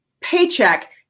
paycheck